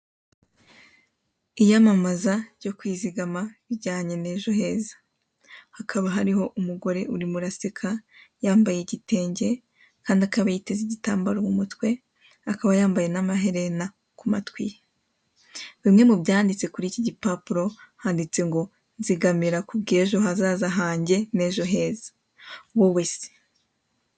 Iyamamaza ryo kwizigama rijyanye n'ejo heza. Hakaba hariho umugore urimo uraseka, yambaye igitenge kandi akaba yiteze igitambaro mu mutwe, akaba yambaye n'amaherena ku matwi ye. Bimwe mu byanditse kuri iki gipapuro handitse ngo: <<Nzigamira kubw'ejo hazaza hanjye n'ejo heza.>> wowe se?